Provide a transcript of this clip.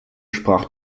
sprach